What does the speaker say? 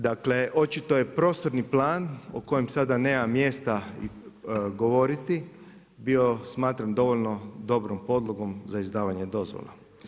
Dakle, očito je prostorni plan o kojem sada nema mjesta govoriti bio smatran dovoljno dobrom podlogom za izdavanje dozvola.